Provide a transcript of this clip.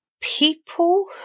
people